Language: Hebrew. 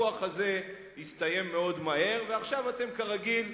הכוח הזה הסתיים מאוד מהר, ועכשיו אתם, כרגיל,